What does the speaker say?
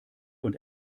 und